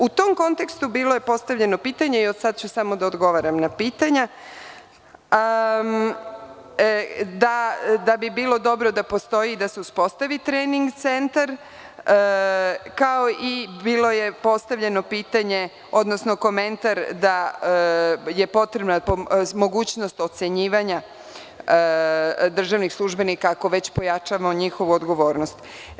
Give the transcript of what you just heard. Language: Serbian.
U tom kontekstu bilo je postavljeno pitanje i od sada ću samo da odgovaram na pitanja, da bi bilo dobro da postoji, da se uspostavi trening centar i bilo je postavljeno pitanje, odnosno komentar da je potrebna mogućnost ocenjivanja državnih službenika, ako već pojačamo njihovu odgovornost.